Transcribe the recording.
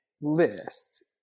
list